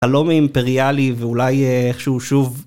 חלום אימפריאלי, ואולי איכשהו שוב